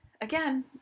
Again